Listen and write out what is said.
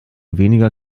weniger